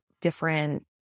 different